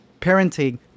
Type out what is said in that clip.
parenting